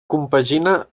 compagina